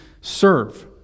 serve